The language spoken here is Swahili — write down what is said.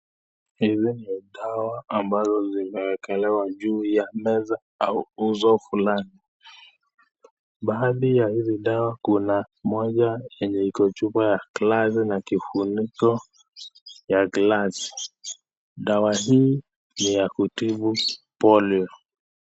Hizi ni dawa ambazo zimewekelewa juu ya meza au uzo fulani. Baadhi ya hizi dawa, kuna moja yenye iko chupa ya glasi na kifuniko ya glasi. Dawa hii ni ya kutibu polio.